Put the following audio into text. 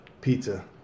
Pizza